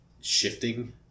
shifting